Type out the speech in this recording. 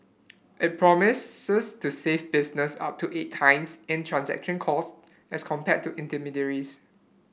it promises to save businesses up to eight times in transaction costs as compared to intermediaries